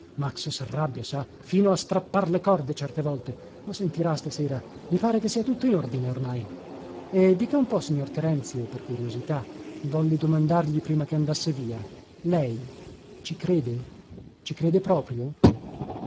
max sarrabbia sa fino a strappar le corde certe volte ma sentirà stasera i pare che sia tutto in ordine ormai e dica un po signor terenzio per curiosità volli domandargli prima che andasse via lei ci crede ci crede proprio